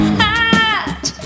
heart